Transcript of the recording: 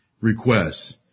requests